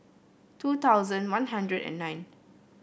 two thousand One Hundred and nine